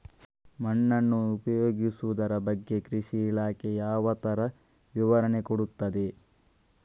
ಮಣ್ಣನ್ನು ಉಪಯೋಗಿಸುದರ ಬಗ್ಗೆ ಕೃಷಿ ಇಲಾಖೆ ಯಾವ ತರ ವಿವರಣೆ ಕೊಡುತ್ತದೆ?